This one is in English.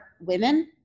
women